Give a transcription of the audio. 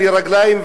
בלי רגליים,